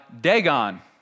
Dagon